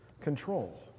control